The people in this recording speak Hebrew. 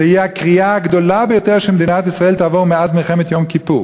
זו תהיה הקריעה הגדולה ביותר שמדינת ישראל תעבור מאז מלחמת יום כיפור".